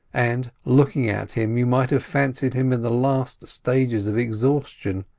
and, looking at him, you might have fancied him in the last stages of exhaustion.